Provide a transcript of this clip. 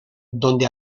donde